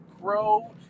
grow